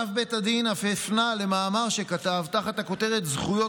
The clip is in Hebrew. אב בית הדין אף הפנה למאמר שכתב תחת הכותרת "זכויות